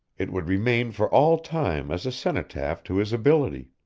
it would remain for all time as a cenotaph to his ability,